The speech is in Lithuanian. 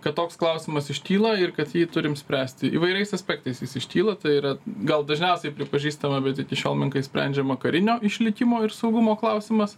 kad toks klausimas iškyla ir kad jį turim spręsti įvairiais aspektais jis iškyla tai yra gal dažniausiai pripažįstama bet iki šiol menkai sprendžiama karinio išlikimo ir saugumo klausimas